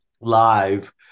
live